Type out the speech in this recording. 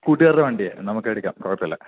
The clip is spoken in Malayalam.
കൂട്ടുകരുടെ വണ്ടിയാ നമുക്കെടുക്കാം കുഴപ്പം ഇല്ല